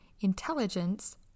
Intelligence